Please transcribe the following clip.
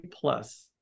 plus